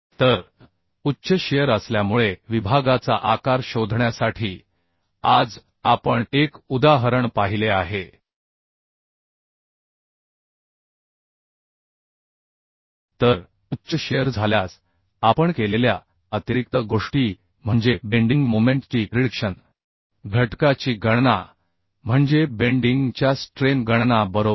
तर उच्च शिअर असल्यामुळे विभागाचा आकार शोधण्यासाठी आज आपण एक उदाहरण पाहिले आहे तर उच्च शिअर झाल्यास आपण केलेल्या अतिरिक्त गोष्टी म्हणजे बेंडिंग मोमेंट ची रिडक्शन घटकाची गणना म्हणजे बेंडिंग च्या स्ट्रेन गणना बरोबर